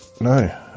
no